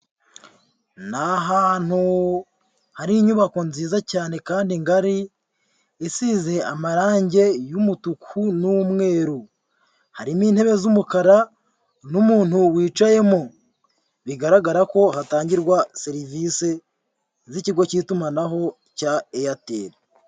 Ni ahantu hari inyubako nziza cyane kandi ngari, isize amarangi y'umutuku n'umweru, harimo intebe z'umukara n'umuntu wicayemo, bigaragara ko hatangirwa serivisi z'ikigo cy'itumanaho cya Airtel.